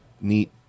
neat